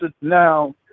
Now